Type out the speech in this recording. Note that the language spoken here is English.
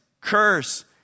curse